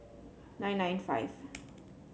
nine nine five